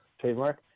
trademark